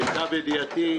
למיטב ידיעתי,